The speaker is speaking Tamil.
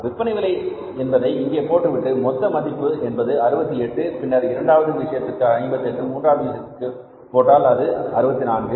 விற்பனை விலை என்பதை இங்கே போட்டுவிட்டு மொத்த மதிப்பு என்பது 68 பின்னர் இரண்டாவது விஷயத்திற்கு இது 58 மூன்றாவது விஷயத்திற்கு போட்டால் அது 64